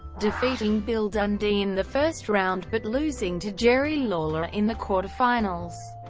defeating bill dundee in the first round, but losing to jerry lawler in the quarterfinals.